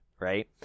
Right